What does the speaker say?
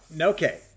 Okay